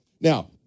Now